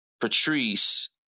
Patrice